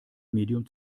medium